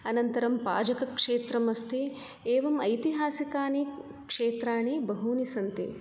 अनन्तरं पाजकक्षेत्रम् अस्ति एवम् ऐतिहासिकानि क्षेत्राणि बहूनि सन्ति